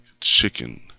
chicken